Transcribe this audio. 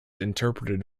interpreted